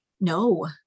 No